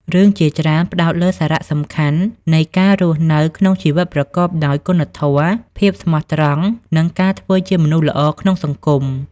រឿងជាច្រើនផ្ដោតលើសារៈសំខាន់នៃការរស់នៅក្នុងជីវិតប្រកបដោយគុណធម៌ ភាពស្មោះត្រង់ និងការធ្វើជាមនុស្សល្អក្នុងសង្គម។